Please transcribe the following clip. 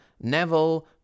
Neville